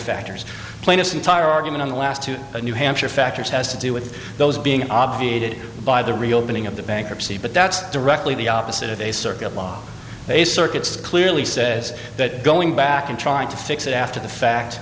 factors plaintiff's entire argument in the last two new hampshire factors has to do with those being obviated by the reopening of the bankruptcy but that's directly the opposite of a circuit they circuits clearly says that going back and trying to fix it after